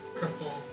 purple